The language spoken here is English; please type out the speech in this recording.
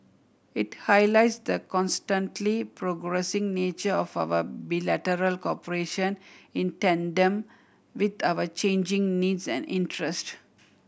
it highlights the constantly progressing nature of our bilateral cooperation in tandem with our changing needs and interest